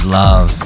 love